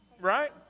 right